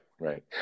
right